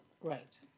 Right